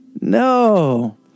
No